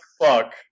fuck